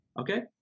Okay